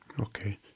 Okay